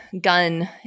gun